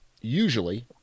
usually